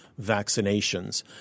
vaccinations